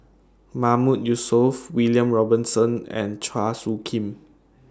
Mahmood Yusof William Robinson and Chua Soo Khim